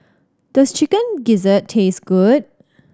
does Chicken Gizzard taste good